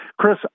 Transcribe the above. Chris